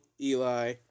Eli